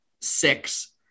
six